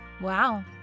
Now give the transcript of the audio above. Wow